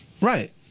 Right